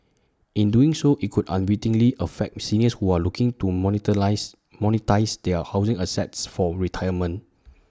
in doing so IT could unwittingly affect seniors who are looking to monetise their housing assets for retirement